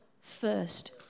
first